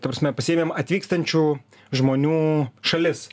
ta prasme pasiėmėm atvykstančių žmonių šalis